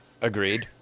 Agreed